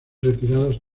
retirados